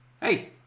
Hey